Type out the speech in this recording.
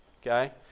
okay